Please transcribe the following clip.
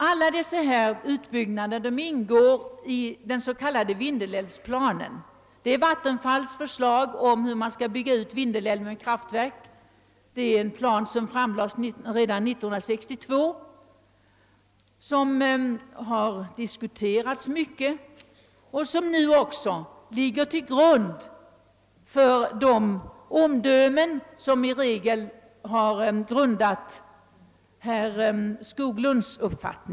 Alla dessa utbyggnader ingår i den s.k. Vindelälvsplanen — det är vattenfallsstyrelsens förslag om hur man skall bygga ut Vindelälven med kraftverk. Denna plan framlades redan 1962 och den har diskuterats mycket. Den ligger också till grund för de omdömen som kommer till uttryck i herr Skoglunds uttalanden.